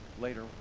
later